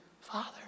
father